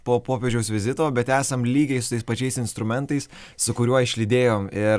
po popiežiaus vizito bet esam lygiai su tais pačiais instrumentais su kuriuo išlydėjom ir